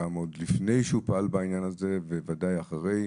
גם עוד לפני שהוא פעל בעניין הזה ובוודאי אחרי.